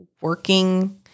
working